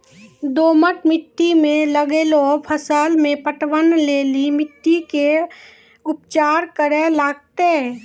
दोमट मिट्टी मे लागलो फसल मे पटवन लेली मिट्टी के की उपचार करे लगते?